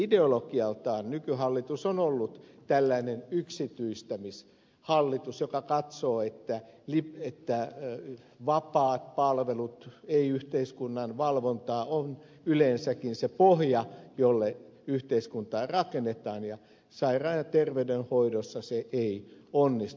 ideologialtaan nykyhallitus on ollut tällainen yksityistämishallitus joka katsoo että vapaat palvelut ei yhteiskunnan valvontaa on yleensäkin se pohja jolle yhteiskuntaa rakennetaan ja ter veyden ja sairaanhoidossa se ei onnistu